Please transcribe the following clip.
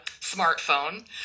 smartphone